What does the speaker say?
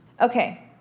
Okay